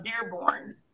Dearborn